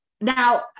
now